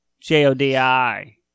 J-O-D-I